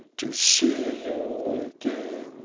to see you again.